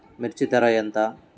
మిర్చి ధర ఎంత?